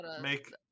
Make